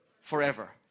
forever